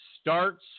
starts